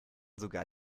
sogar